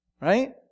right